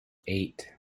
eight